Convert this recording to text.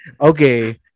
Okay